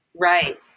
right